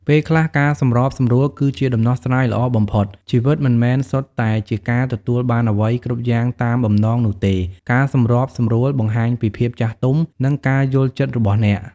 ពេលខ្លះ ការសម្របសម្រួលគឺជាដំណោះស្រាយល្អបំផុត ជីវិតមិនមែនសុទ្ធតែជាការទទួលបានអ្វីគ្រប់យ៉ាងតាមបំណងនោះទេ ការសម្របសម្រួលបង្ហាញពីភាពចាស់ទុំ និងការយល់ចិត្តរបស់អ្នក។